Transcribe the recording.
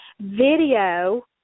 video